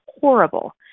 horrible